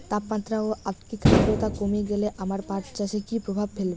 তাপমাত্রা ও আপেক্ষিক আদ্রর্তা কমে গেলে আমার পাট চাষে কী প্রভাব ফেলবে?